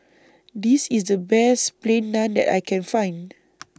This IS The Best Plain Naan that I Can Find